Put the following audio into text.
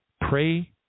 Pray